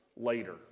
later